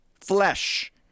flesh